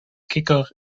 kikker